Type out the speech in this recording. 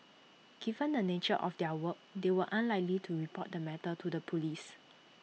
given the nature of their work they were unlikely to report the matter to the Police